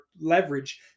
leverage